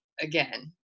again